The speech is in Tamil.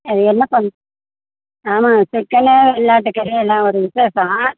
அது என்ன பண் ஆமாம் சிக்கனு வெள்ளாட்டு கறி எல்லாம் ஒரு விசேஷம்